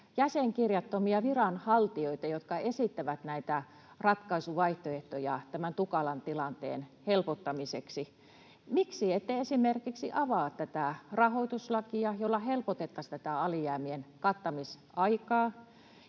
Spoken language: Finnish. jäsenkirjattomia viranhaltijoita, jotka esittävät näitä ratkaisuvaihtoehtoja tämän tukalan tilanteen helpottamiseksi? Miksi ette esimerkiksi avaa tätä rahoituslakia, jolla helpotettaisiin tätä alijäämien kattamisaikaa,